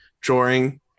drawing